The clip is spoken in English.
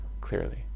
clearly